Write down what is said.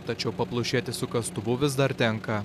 tačiau paplušėti su kastuvu vis dar tenka